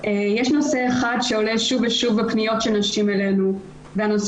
יש נושא אחד שעולה שוב ושוב בפניות של נשים אלינו והנושא